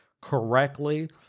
correctly